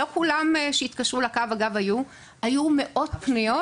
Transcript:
היו אליי מאות פניות,